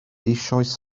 eisoes